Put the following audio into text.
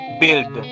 build